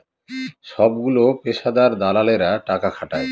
সবগুলো পেশাদার দালালেরা টাকা খাটায়